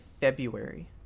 February